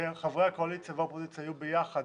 וחברי הקואליציה והאופוזיציה יהיו ביחד